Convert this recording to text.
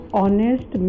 honest